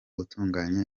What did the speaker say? utunganya